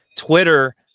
Twitter